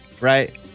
right